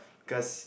because